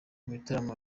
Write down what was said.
ibitaramo